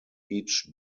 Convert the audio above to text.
each